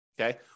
okay